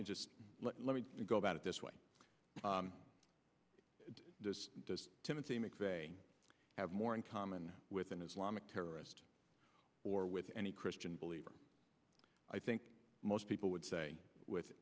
me just let me go about it this way does timothy mcveigh have more in common with an islamic terrorist or with any christian believer i think most people would say with